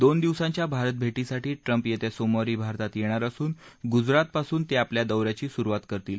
दोन दिवसांच्या भारत भेटीसाठी ट्रम्प येत्या सोमवारी भारतात येणार असून गुजरातपासून ते आपल्या दौऱ्याची सुरुवात करतील